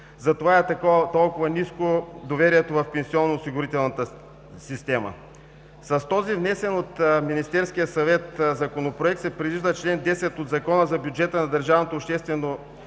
Затова е и толкова ниско доверието в пенсионноосигурителната система. С този внесен от Министерския съвет Законопроект се предвижда чл. 10 от Закона за бюджета на държавното обществено